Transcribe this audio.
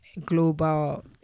global